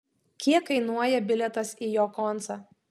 kiek kainuoja bilietas į jo koncą